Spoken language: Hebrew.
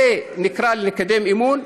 זה נקרא לקדם אמון?